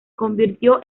convirtió